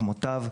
"מוטב",